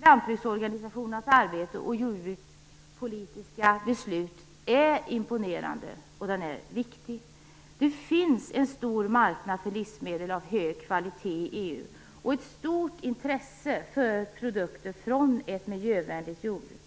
lantbruksorganisationernas arbete och jordbrukspolitiska beslut är imponerande och viktig. Det finns en stor marknad för livsmedel av hög kvalitet i EU och ett stort intresse för produkter från ett miljövänligt jordbruk.